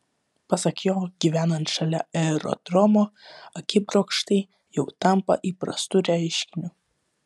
pasak jo gyvenant šalia aerodromo akibrokštai jau tampa įprastu reiškiniu